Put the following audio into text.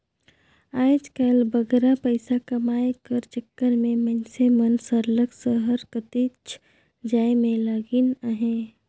आएज काएल बगरा पइसा कमाए कर चक्कर में मइनसे मन सरलग सहर कतिच जाए में लगिन अहें